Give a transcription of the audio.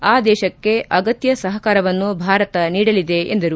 ಆ ದೇಶಕ್ಕೆ ಅಗತ್ಯ ಸಹಕಾರವನ್ನು ಭಾರತ ನೀಡಲಿದೆ ಎಂದರು